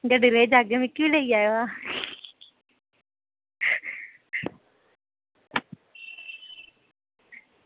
गड्डी लेइयै जाह्गे ते मिगी बी लेई जायो